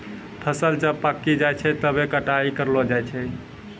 फसल जब पाक्की जाय छै तबै कटाई करलो जाय छै